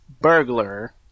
burglar